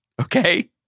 okay